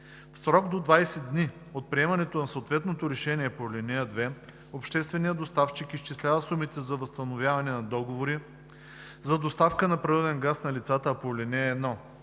В срок до 20 дни от приемането на съответните решения по ал. 2, общественият доставчик изчислява сумите за възстановяване по договори за доставка на природен газ на лицата по ал. 1,